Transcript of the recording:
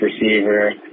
receiver